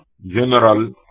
General